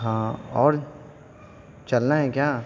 ہاں اور چلنا ہے کیا